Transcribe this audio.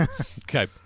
okay